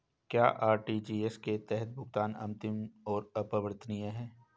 क्या आर.टी.जी.एस के तहत भुगतान अंतिम और अपरिवर्तनीय है?